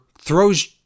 throws